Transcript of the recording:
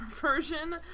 version